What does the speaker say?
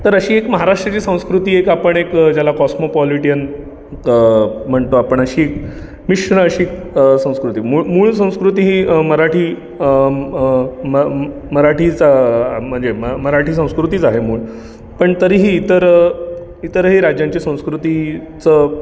तर अशी एक महाराष्ट्राची संस्कृती एक आपण एक ज्याला कॉस्मोपोलिटीयन म्हणतो आपण अशी मिश्र अशी संस्कृती मूळ मूळ संस्कृती ही मराठी म म मराठीचा म्हणजे म म मराठी संस्कृतीच आहे मूळ पण तरीही इतर इतरही राज्यांची संस्कृतीचं